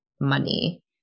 money